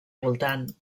voltant